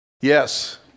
Yes